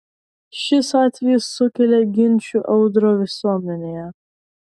šis atvejis sukėlė ginčų audrą visuomenėje